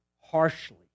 harshly